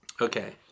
okay